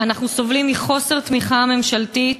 אנחנו סובלים מחוסר תמיכה ממשלתית,